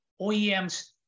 OEMs